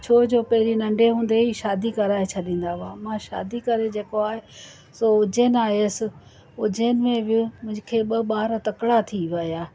छो जो पहिरीं नंढे हूंदे ई शादी कराए छॾींदा हुआ मां शादी करे जेको आहे सो उज्जैन आयुसि उज्जैन में बि मूंखे ॿ ॿार तकिड़ा थी विया